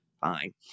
Fine